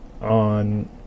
on